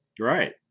Right